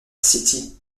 city